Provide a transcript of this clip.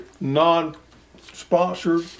Non-sponsored